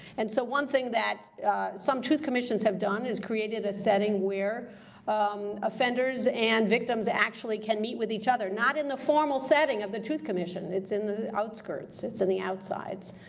and so one thing that some truth commissions have done is created a setting where um offenders and victims actually can meet with each other. not in the formal setting of the truth commission, it's in the outskirts. it's in the outsides.